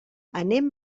anem